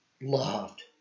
loved